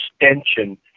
extension